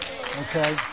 Okay